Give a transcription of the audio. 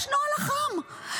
יש נוהל אח"מ,